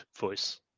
voice